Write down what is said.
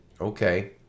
Okay